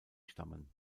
stammen